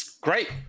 Great